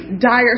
dire